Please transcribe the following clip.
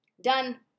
Done